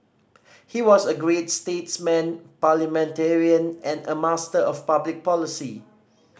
he was a great statesman parliamentarian and a master of public policy